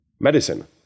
medicine